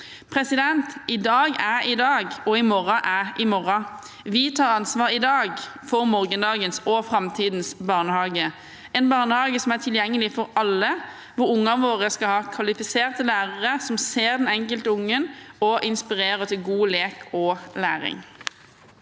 minstekrav. «I dag er i dag, og i morgen er i morgen.» Vi tar ansvar i dag for morgendagens og framtidens barnehage, en barnehage som er tilgjengelig for alle, hvor ungene våre skal ha kvalifiserte lærere som ser den enkelte ungen og inspirerer til god lek og læring.